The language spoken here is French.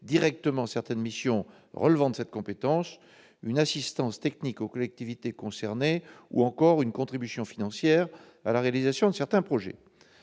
directement certaines missions relevant de cette compétence, une assistance technique aux collectivités concernées ou encore une contribution financière à la réalisation de certains projets.